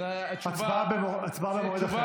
אז התשובה, הצבעה במועד אחר.